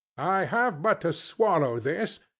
i have but to swallow this,